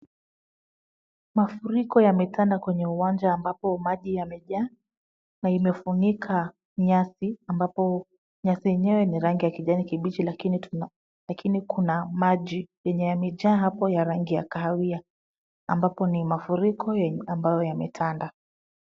Mafuriko yametanda kwenye uwanja ambapo maji yamejaa na imefunika nyasi ambapo nyasi yenyewe ni rangi kijani kibichi lakini kuna maji yenye yamejaa hapo ya rangi ya kahawia ambapo ni mafuriko ambayo yametanda.